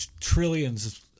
trillions